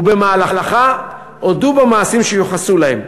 ובמהלכה הודו במעשים שיוחסו להם.